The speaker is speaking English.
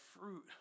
fruit